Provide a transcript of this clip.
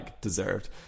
deserved